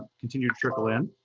continue to trickle in.